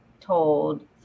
told